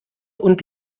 und